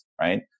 right